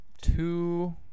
two